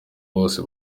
bose